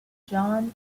john